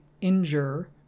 injure